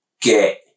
get